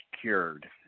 cured